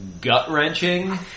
gut-wrenching